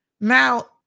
Now